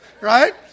right